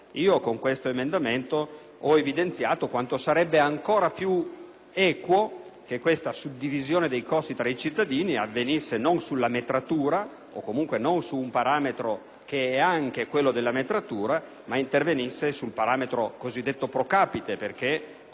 ho evidenziato quanto sarebbe ancora più equo che la suddivisione dei costi tra i cittadini avvenisse non sulla metratura, o comunque su un parametro che è anche quello della metratura, ma sul parametro cosiddetto *pro capite* perché, come ben sanno i colleghi,